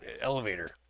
elevator